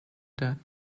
death